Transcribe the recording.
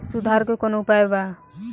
सुधार के कौनोउपाय वा?